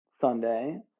Sunday